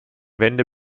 wände